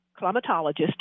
climatologist